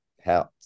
help